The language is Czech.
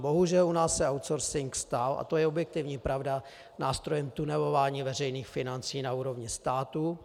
Bohužel, u nás se outsourcing stal, a to je objektivní pravda, nástrojem tunelování veřejných financí na úrovni státu.